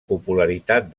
popularitat